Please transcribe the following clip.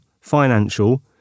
financial